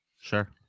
Sure